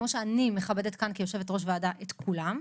כמו שאני מכבדת כאן, כיושבת ראש ועדה, את כולם,